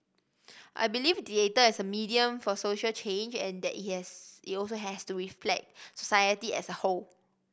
I believe theatre is a medium for social change and that it has it also has to reflect society as a whole